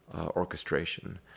orchestration